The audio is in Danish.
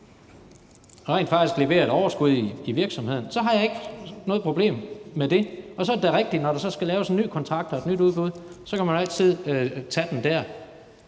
rent faktisk kan levere et overskud i virksomheden, så har jeg ikke noget problem med det. Så er det da rigtigt, at når der skal laves en ny kontrakt og et nyt udbud, så kan man altid tage den dér.